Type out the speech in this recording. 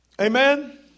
Amen